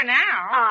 now